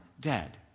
dead